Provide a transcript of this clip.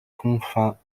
confins